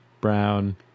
brown